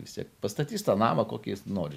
vis tiek pastatys tą namą kokį jis nori